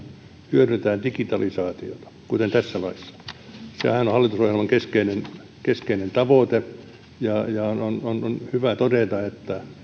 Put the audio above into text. hyödynnetään digitalisaatiota kuten tässä laissa sehän on hallitusohjelman keskeinen keskeinen tavoite ja on on hyvä todeta että